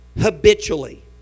habitually